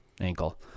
ankle